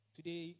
Today